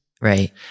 Right